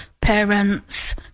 parents